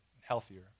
healthier